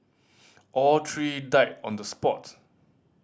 all three died on the spot